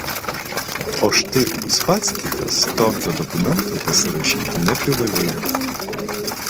o štai uspaskichas tokio dokumento pasirašyti neprivalėjo